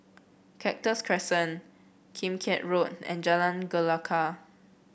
Cactus Crescent Kim Keat Road and Jalan Gelegar